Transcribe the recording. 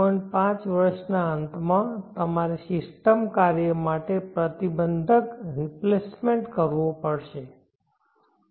5 વર્ષના અંતમાં તમારે સિસ્ટમ કાર્ય માટે પ્રતિબંધક રિપ્લેસમેન્ટકરવો પડશે